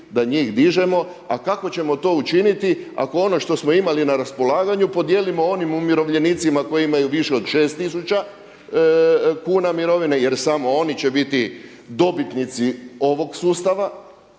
da njih dižemo. A kako ćemo to učiniti ako ono što smo imali na raspolaganju podijelimo onim umirovljenicima koji imaju više od šest tisuća kuna mirovine jer samo oni će biti dobitnici ovog sustava,